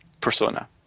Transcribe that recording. persona